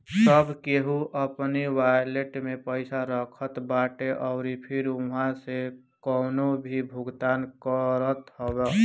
सब केहू अपनी वालेट में पईसा रखत बाटे अउरी फिर उहवा से कवनो भी भुगतान करत हअ